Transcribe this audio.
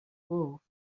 گفت